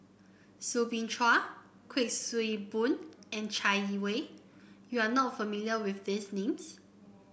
Soo Bin Chua Kuik Swee Boon and Chai Yee Wei you are not familiar with these names